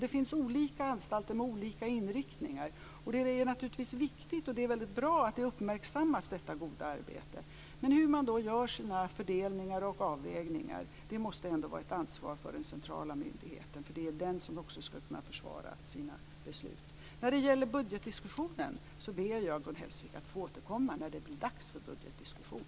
Det finns olika anstalter med olika inriktningar, och det är naturligtvis viktigt och väldigt bra att detta goda arbete uppmärksammas. Men hur man gör sina fördelningar och avvägningar måste ändå vara ett ansvar för den centrala myndigheten, för det är den som också ska kunna försvara sina beslut. När det gäller budgetdiskussionen ber jag att få återkomma när det blir dags för budgetdiskussion,